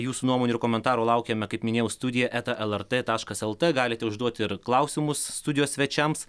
jūsų nuomonių ir komentarų laukiame kaip minėjau studija eta lrt taškas lt galite užduoti ir klausimus studijos svečiams